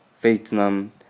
Vietnam